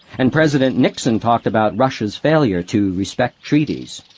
and president nixon talked about russia's failure to respect treaties.